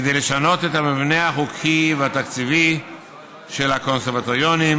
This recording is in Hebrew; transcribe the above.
כדי לשנות את המבנה החוקי והתקציבי של הקונסרבטוריונים